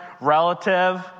relative